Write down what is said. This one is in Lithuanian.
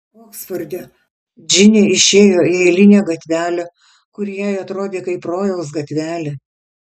oksforde džinė išėjo į eilinę gatvelę kuri jai atrodė kaip rojaus gatvelė